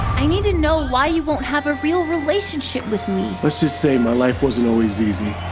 i need to know why you won't have a real relationship with me. let's just say my life wasn't always easy.